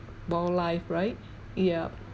wildlife right yup